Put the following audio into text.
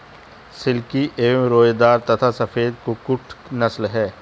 silkie एक रोएदार तथा सफेद कुक्कुट की नस्ल है